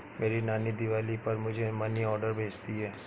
मेरी नानी दिवाली पर मुझे मनी ऑर्डर भेजती है